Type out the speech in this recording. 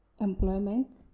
employment